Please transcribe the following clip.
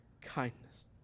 kindness